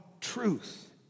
truth